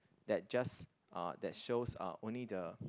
that just uh that shows uh only the